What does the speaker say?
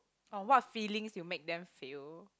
or what feelings you make them feel